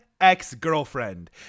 ex-girlfriend